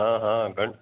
हा हा घन